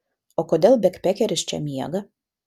o kodėl bekpekeris čia miega